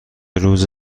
روز